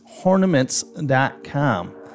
Hornaments.com